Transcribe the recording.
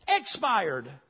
expired